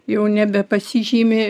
jau nebepasižymi